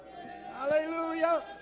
Hallelujah